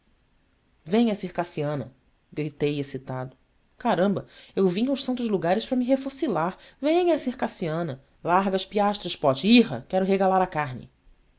venha a circassiana gritei excitado caramba eu vim aos santos lugares para me refocilar venha a circassiana larga as piastras pote irra quero regalar a carne